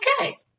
okay